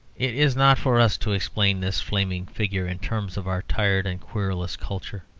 it is not for us to explain this flaming figure in terms of our tired and querulous culture.